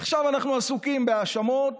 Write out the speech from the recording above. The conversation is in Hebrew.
עכשיו אנחנו עסוקים בהאשמות,